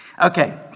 Okay